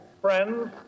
friends